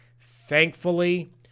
Thankfully